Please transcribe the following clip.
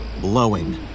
blowing